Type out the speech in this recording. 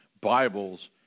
Bibles